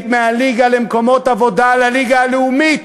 מהליגה למקומות עבודה לליגה הלאומית